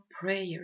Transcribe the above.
prayer